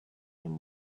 him